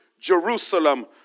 Jerusalem